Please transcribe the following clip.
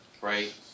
right